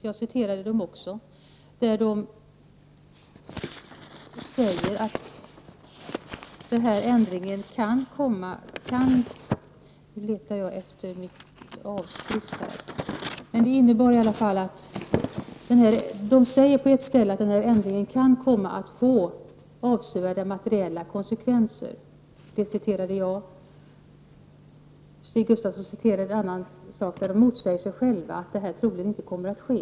Jag citerade också lagrådet, nämligen den passus där man säger att den här ändringen kan komma att få avsevärda materiella konsekvenser. Stig Gustafsson citerade den passus där lagrådet säger att det troligen inte kommer att ske.